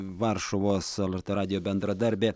varšuvos lrt radijo bendradarbė